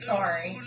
Sorry